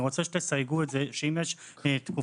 אני רוצה שתסייגו את זה כך שאם יש תקופת